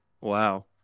Wow